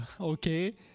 Okay